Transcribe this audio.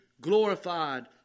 glorified